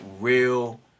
real